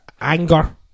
anger